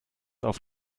auf